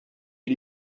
est